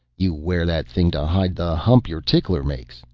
you wear that thing to hide the hump your tickler makes?